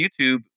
youtube